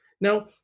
Now